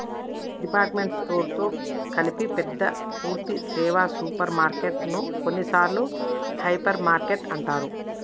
department store తో కలిపి పెద్ద పూర్థి సేవ సూపర్ మార్కెటు ను కొన్నిసార్లు హైపర్ మార్కెట్ అంటారు